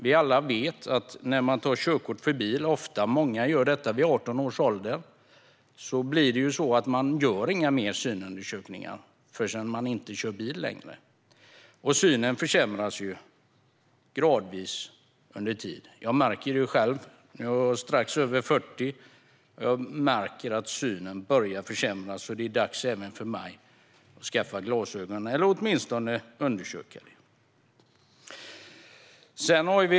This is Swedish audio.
Vi vet alla att många tar körkort för bil vid 18 års ålder, och sedan blir det inga fler synundersökningar förrän man inte kör bil längre. Synen försämras ju gradvis över tid. Jag märker det själv - jag är strax över 40 och märker att synen börjar försämras. Det är dags även för mig att skaffa glasögon eller åtminstone undersöka synen.